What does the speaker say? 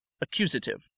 Accusative